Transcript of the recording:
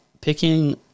picking